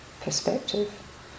perspective